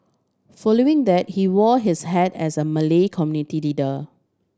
following that he wore his hat as a Malay community leader